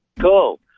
cool